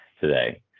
today